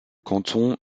canton